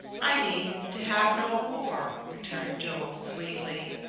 i mean, to have no war, returned joe, sweetly.